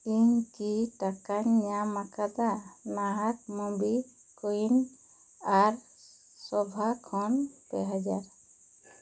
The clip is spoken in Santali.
ᱤᱧ ᱠᱤ ᱴᱟᱠᱟᱧ ᱧᱟᱢ ᱟᱠᱟᱫᱟ ᱱᱟᱦᱟᱜ ᱢᱩᱵᱷᱤ ᱠᱩᱭᱤᱱ ᱟᱨ ᱥᱳᱵᱷᱟ ᱠᱷᱚᱱ ᱯᱮ ᱦᱟᱡᱟᱨ